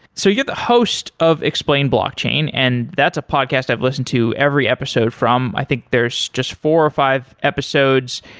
so you're the host of explain blockchain, and that's a podcast i've listened to every episode from i think there's just four or five episodes,